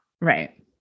Right